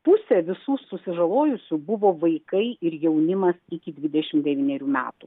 pusė visų susižalojusių buvo vaikai ir jaunimas iki dvidešim devynerių metų